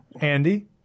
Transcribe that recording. Andy